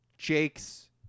Jake's